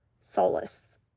solace